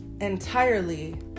entirely